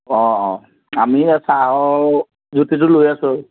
অঁ অঁ আমি চাহৰ জুতি লৈ আছোঁ